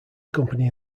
company